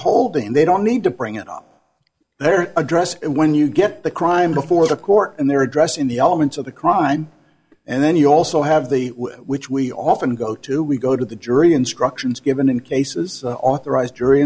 hold and they don't need to bring it up their address when you get the crime before the court and their address in the elements of the crime and then you also have the which we often go to we go to the jury instructions given in cases authorised jury